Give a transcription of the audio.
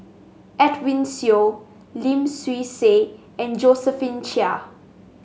Edwin Siew Lim Swee Say and Josephine Chia